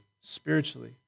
spiritually